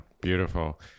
beautiful